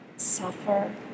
suffer